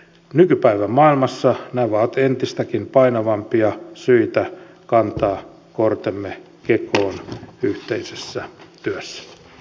nykypäivän maailmassa nämä ovat entistäkin painavampia syitä kantaa kortemme kekoon yhteisessä työssä